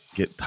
get